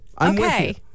Okay